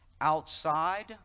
Outside